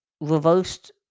reversed